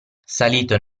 salito